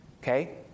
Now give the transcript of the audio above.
Okay